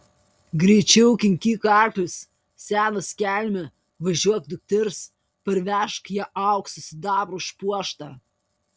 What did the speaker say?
greičiau kinkyk arklius senas kelme važiuok dukters parvežk ją auksu sidabru išpuoštą